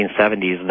1970s